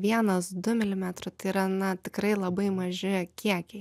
vienas du milimetro tai yra na tikrai labai maži kiekiai